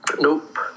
Nope